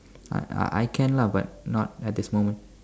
I I I can lah but not at this moment